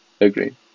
agree